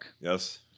Yes